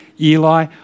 Eli